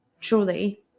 truly